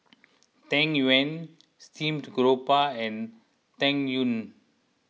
Tang Yuen Steamed Grouper and Tang Yuen